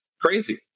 crazy